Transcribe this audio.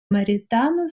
моритану